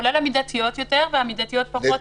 כולל המידתיות יותר והמידתיות פחות,